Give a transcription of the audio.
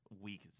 weak